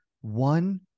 One